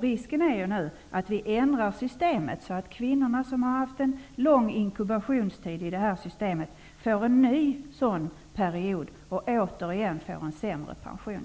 Risken är nu att vi ändrar systemet så att kvinnorna, vilka har haft en lång ''inkubationstid'' i detta system, får en ny sådan period. De får i framtiden återigen en sämre pension.